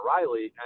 Riley